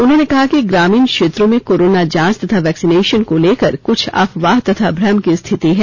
उन्होंने कहा कि ग्रामीण क्षेत्रों में कोरोना जांच तथा वैक्सीनेशन को लेकर कुछ अफवाह तथा भ्रम की स्थिति है